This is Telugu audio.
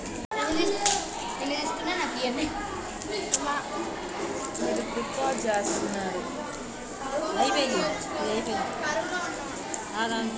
కే.వై.సీ వల్ల లాభాలు ఏంటివి?